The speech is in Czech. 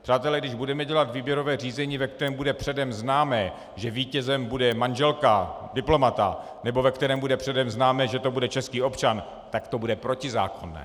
Přátelé, když budeme dělat výběrové řízení, ve kterém bude předem známo, že vítězem bude manželka diplomata, nebo ve kterém bude předem známo, že to bude český občan, tak to bude protizákonné.